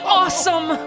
awesome